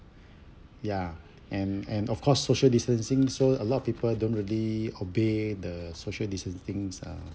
ya and and of course social distancing so a lot of people don't really obey the social distancing uh